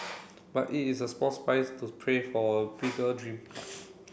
but it is a small price to pray for bigger dream